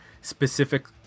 specific